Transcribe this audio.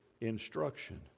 instruction